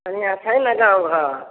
बढ़िआँ छै ने गाँव घर